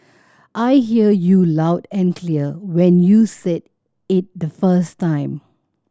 I hear you loud and clear when you said it the first time